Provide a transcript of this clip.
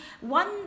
one